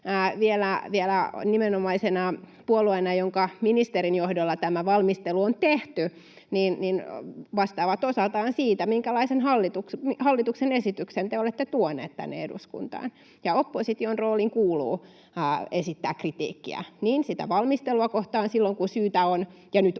vielä nimenomaisena puolueena, jonka ministerin johdolla tämä valmistelu on tehty — vastaavat osaltaan siitä, minkälaisen hallituksen esityksen te olette tuoneet tänne eduskuntaan. Ja opposition rooliin kuuluu esittää kritiikkiä niin sitä valmistelua kohtaan silloin, kun syytä on — ja nyt on